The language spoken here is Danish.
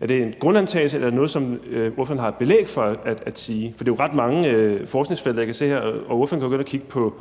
Er det en grundantagelse, eller er det noget, som ordføreren har et belæg for at sige? For det er jo ret mange forskningsfelter. Ordføreren kan jo gå ind og kigge på